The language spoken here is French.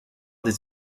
des